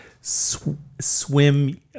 swim